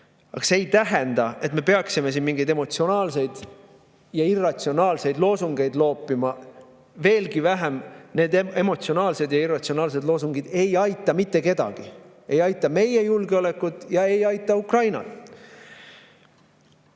Aga see ei tähenda, et me peaksime siin mingeid emotsionaalseid ja irratsionaalseid loosungeid loopima. Veelgi vähem, need emotsionaalsed ja irratsionaalsed loosungid ei aita mitte kedagi, ei aita meie julgeolekut [suurendada] ja ei aita Ukrainat.